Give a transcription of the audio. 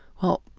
well,